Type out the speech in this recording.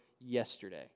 yesterday